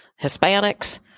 Hispanics